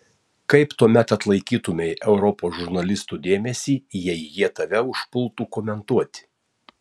kaip tuomet atlaikytumei europos žurnalistų dėmesį jei jie tave užpultų komentuoti